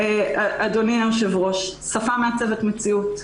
אדוני היושב-ראש, שפה מעצבת מציאות.